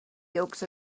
yolks